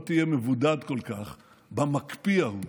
לא תהיה מבודד כל כך במקפיא ההוא.